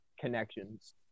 connections